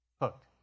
Hooked